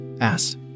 Ass